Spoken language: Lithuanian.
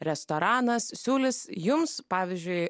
restoranas siūlys jums pavyzdžiui